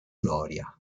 gloria